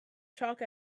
chalk